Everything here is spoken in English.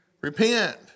Repent